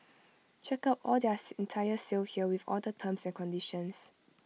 check out all their entire sale here with all the terms and conditions